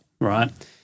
right